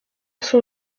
son